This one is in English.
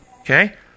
Okay